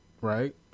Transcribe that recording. right